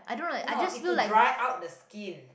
no it's to dry out the skin